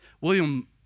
William